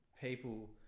People